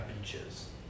beaches